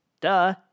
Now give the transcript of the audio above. Duh